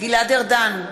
גלעד ארדן,